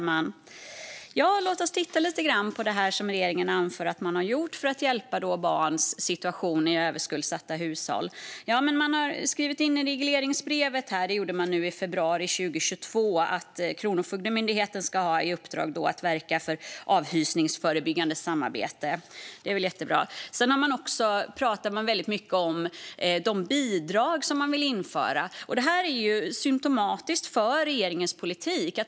Fru talman! Låt oss titta lite grann på det som regeringen anför att den har gjort för att underlätta situationen för barn i överskuldsatta hushåll. I februari 2022 skrev man in i regleringsbrevet att Kronofogdemyndigheten ska verka för avhysningsförebyggande samarbete. Det är väl jättebra. Sedan pratar man väldigt mycket om de bidrag som man vill införa. Det är symtomatiskt för regeringens politik.